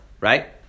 right